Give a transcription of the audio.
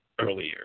earlier